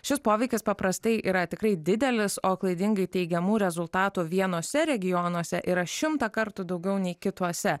šis poveikis paprastai yra tikrai didelis o klaidingai teigiamų rezultatų vienuose regionuose yra šimtą kartų daugiau nei kituose